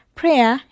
prayer